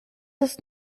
ist